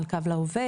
על "קו לעובד",